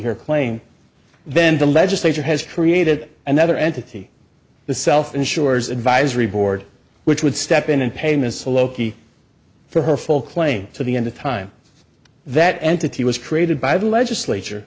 claim then the legislature has created another entity the self insures advisory board which would step in and payments a loki for her full claim to the end of time that entity was created by the legislature